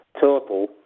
total